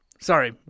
Sorry